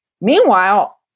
Meanwhile